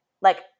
like-